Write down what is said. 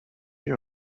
you